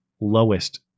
lowest